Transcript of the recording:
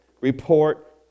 report